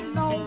no